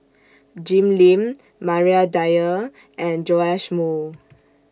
Jim Lim Maria Dyer and Joash Moo